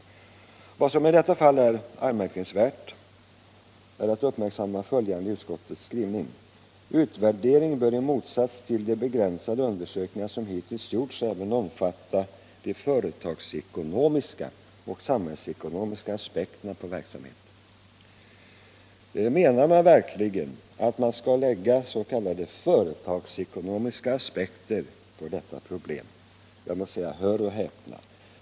Vad som i detta fall är anmärkningsvärt är följande i utskottets skrivning: ”Utvärderingen bör i motsats till de begränsade undersökningar som hittills gjort även omfatta de företagsekonomiska och samhällsekonomiska aspekterna på verksamheten.” Menar man verkligen att man skall lägga s.k. företagsekonomiska aspekter på detta problem? Låt mig säga: Hör och häpna!